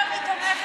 התשע"ז